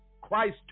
christ